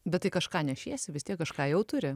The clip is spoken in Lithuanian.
bet tai kažką nešiesi vis tiek kažką jau turi